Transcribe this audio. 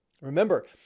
Remember